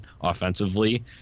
offensively